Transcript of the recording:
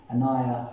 Anaya